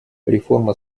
реформа